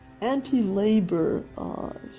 anti-labor